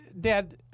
Dad